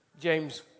James